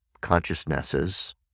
consciousnesses